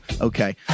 Okay